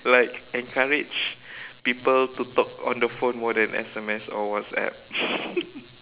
like encourage people to talk on the phone more that S_M_S or WhatsApp